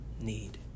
need